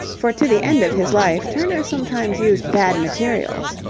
for to the end of his life turner sometimes used bad materials.